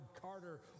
Carter